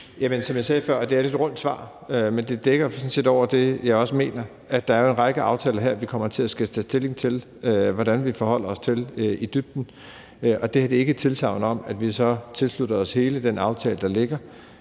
jeg sagde før, og det er et lidt rundt svar, så dækker det sådan set over det, jeg også mener, nemlig at der er en række aftaler her, som vi kommer til at skulle tage stilling til hvordan vi forholder os i dybden til. Det her er ikke et tilsagn om, at vi så tilslutter os hele den aftale, der ligger;